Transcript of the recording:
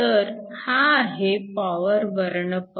तर हा आहे पॉवर वर्णपट